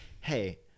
Hey